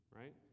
right